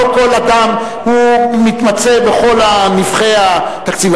לא כל אדם מתמצא בכל נבכי התקציב.